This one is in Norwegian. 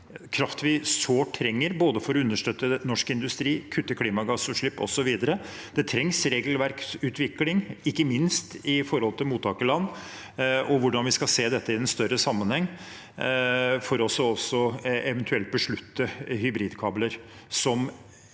kraft vi sårt trenger både for å understøtte norsk industri, kutte klimagassutslipp osv. Det trengs regelverksutvikling, ikke minst sett i forhold til mottakerland og hvordan vi skal se dette i en større sammenheng for også eventuelt å beslutte hybridkabler, som